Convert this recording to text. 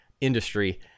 industry